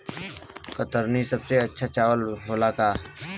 कतरनी सबसे अच्छा चावल होला का?